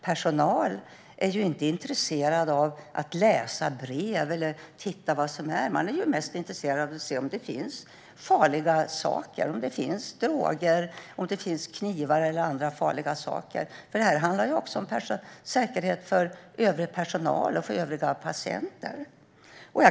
Personal är ju inte intresserad av att läsa brev eller titta vad det är, utan man är mest intresserad av att se om det finns farliga saker: droger, knivar eller annat. Detta handlar ju också om säkerheten för personal och övriga patienter.